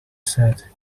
said